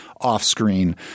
off-screen